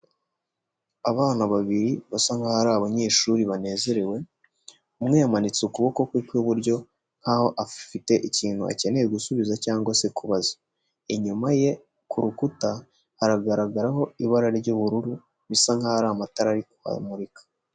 Abana babiri basa nk'aho ari abanyeshuri banezerewe umwe yamanitse ukuboko kwe kw'buryo nk'aho afite ikintu akeneye gusubiza cyangwa se kubaza, inyuma ye kuru rukuta hagaragaraho ibara ry'ubururu bisa nkaho ari amatara ari kwamurika.